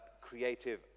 creative